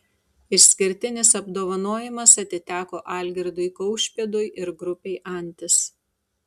išskirtinis apdovanojimas atiteko algirdui kaušpėdui ir grupei antis